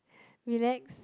relax